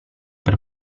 per